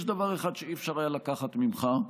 יש דבר אחד שאי-אפשר לקחת ממך,